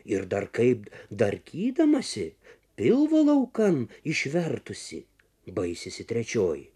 ir dar kaip darkydamasi pilvo laukan išvertusi baisisi trečioji